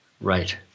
Right